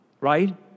right